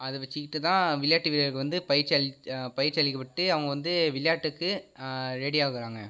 அதை வச்சுக்கிட்டு தான் விளையாட்டு வீரருக்கு வந்து பயிற்சி அளிக்க பயிற்சி அளிக்கப்பட்டு அவங்க வந்து விளையாட்டுக்கு ரெடி ஆகுறாங்க